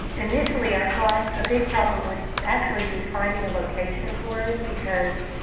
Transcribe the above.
initially, i thought a big problem would actually be finding a location for it, because